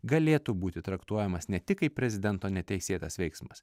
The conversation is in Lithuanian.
galėtų būti traktuojamas ne tik kaip prezidento neteisėtas veiksmas